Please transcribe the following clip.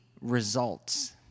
results